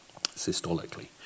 systolically